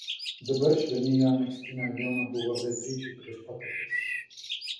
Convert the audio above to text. dabar švelni jo megztinio vilna buvo beatričei prieš pat akis